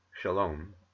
shalom